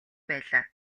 байлаа